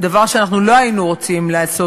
דבר שלא היינו רוצים לעשות,